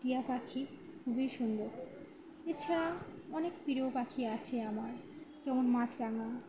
টিয়া পাখি খুবই সুন্দর এ ছাড়া অনেক প্রিয় পাখি আছে আমার যেমন মাছরাঙা